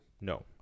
no